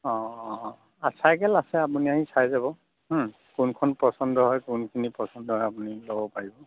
অঁ অঁ চাইকেল আছে আপুনি আহি চাই যাব কোনখন পচন্দ হয় কোনখিনি পচন্দ হয় আপুনি ল'ব পাৰিব